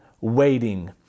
waiting